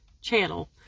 channel